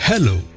Hello